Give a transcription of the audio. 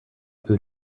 who